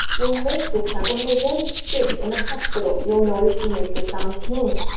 we make this sound when we're very sick in a hospital you'll notice we make the sound hmm,